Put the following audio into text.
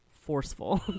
forceful